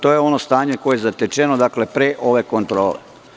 To je ono stanje koje je zatečeno pre ove kontrole.